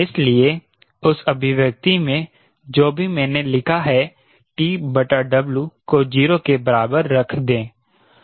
इसलिए उस अभिव्यक्ति में जो भी मैंने लिखा है TW को 0 के बराबर रख दे